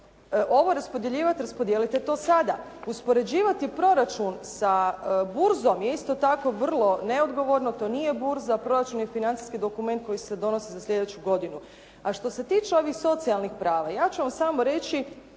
ovo raspodjeljivati raspodijelite to sada. Uspoređivati proračun sa burzom je isto tako vrlo neodgovorno. To nije burza. Proračun je financijski dokument koji se donosi za sljedeću godinu. A što se tiče ovih socijalnih prava ja ću vam samo reći